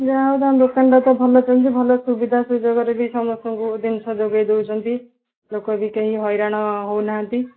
ଯାହା ହଉ ତା ଦୋକାନ'ଟା ତ ଭଲ ଚାଲିଛି ଭଲ ସୁବିଧା ସୁଯୋଗରେ ବି ସମସ୍ତଙ୍କୁ ଜିନିଷ ଯୋଗେଇ ଦେଉଛନ୍ତି ଲୋକ ବି କେହି ହଇରାଣ ହେଉ ନାହାନ୍ତି